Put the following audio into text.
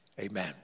amen